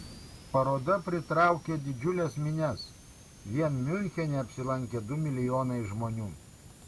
paroda pritraukė didžiules minias vien miunchene apsilankė du milijonai žmonių